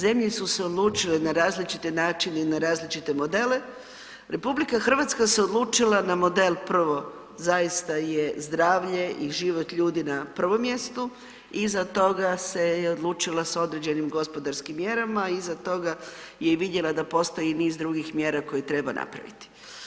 Zemlje su se odlučile na različite načine i na različite modele, RH se odlučila na model prvo, zaista je zdravlje i život ljudi na prvom mjestu, iza toga se je odlučila sa određenim gospodarskim mjerama, iza toga je vidjela da postoji niz drugih mjera koje treba napraviti.